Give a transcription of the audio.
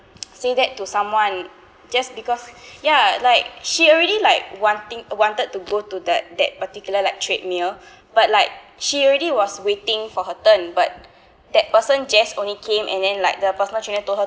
say that to someone just because ya like she already like wanting wanted to go to that that particular like treadmill but like she already was waiting for her turn but that person just only came and then like the personal trainer told her